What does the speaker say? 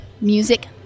music